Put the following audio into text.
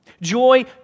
Joy